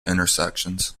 intersections